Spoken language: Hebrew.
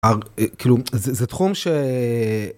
כאילו, זה תחום ש...